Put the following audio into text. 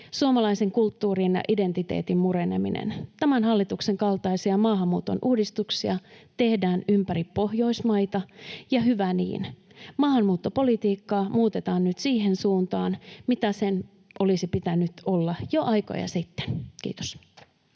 suomalaisen kulttuurin ja identiteetin mureneminen. Tämän hallituksen kaltaisia maahanmuuton uudistuksia tehdään ympäri Pohjoismaita, ja hyvä niin. Maahanmuuttopolitiikkaa muutetaan nyt siihen suuntaan, mitä sen olisi pitänyt olla jo aikoja sitten. — Kiitos.